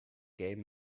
game